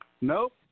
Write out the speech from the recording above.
Nope